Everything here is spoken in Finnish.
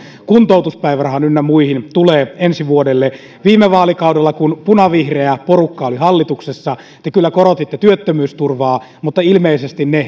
kuntoutuspäivärahaan ynnä muihin tulee ensi vuodelle viime vaalikaudella kun punavihreä porukka oli hallituksessa te kyllä korotitte työttömyysturvaa mutta ilmeisesti